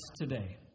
today